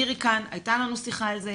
מירי כאן, הייתה לנו שיחה על זה.